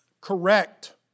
correct